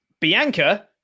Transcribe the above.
Bianca